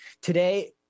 today